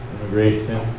immigration